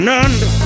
None